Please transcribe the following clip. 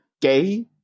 gay